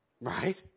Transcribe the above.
Right